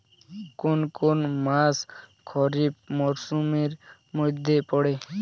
কোন কোন মাস খরিফ মরসুমের মধ্যে পড়ে?